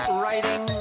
writing